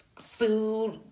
food